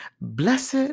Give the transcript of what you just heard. Blessed